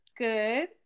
Good